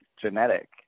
genetic